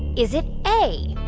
is it a,